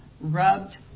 rubbed